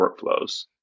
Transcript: workflows